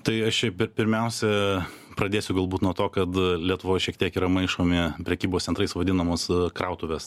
tai aš šiaip ir pirmiausia pradėsiu galbūt nuo to kad lietuvoj šiek tiek yra maišomi prekybos centrai su vadinamos krautuvės